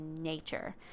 nature